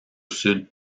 sud